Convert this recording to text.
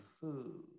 food